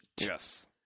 Yes